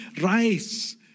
rice